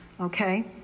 okay